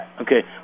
Okay